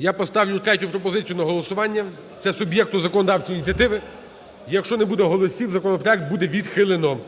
Я поставлю третю пропозицію на голосування, це суб'єкту законодавчої ініціативи. Якщо не буде голосів, законопроект буде відхилено.